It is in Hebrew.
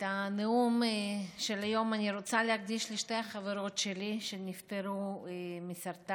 את הנאום של היום אני רוצה להקדיש לשתי החברות שלי שנפטרו מסרטן: